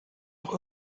auch